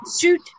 shoot